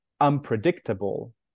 unpredictable